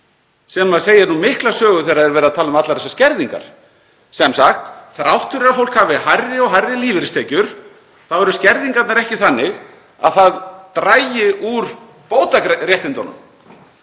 sem segir mikla sögu þegar verið er að tala um allar þessar skerðingar. Sem sagt, þrátt fyrir að fólk hafi hærri og hærri lífeyristekjur eru skerðingarnar ekki þannig að það dragi úr bótaréttindunum.